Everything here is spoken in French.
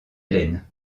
hélène